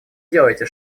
делаете